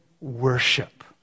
worship